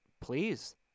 please